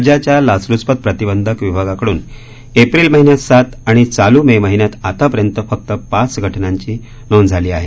राज्याच्या लाचलुचपत प्रतिबंधक विभागाकडून एप्रिल महिन्यात सात आणि चालू मे महिन्यात आतापर्यंत फक्त पाच घटनांची नोंद झाली आहे